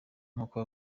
nk’uko